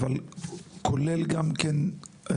אבל כולל גם כן פלסטינים?